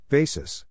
Basis